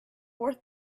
worth